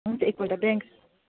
हुन्छ एकपल्ट ब्याङ्क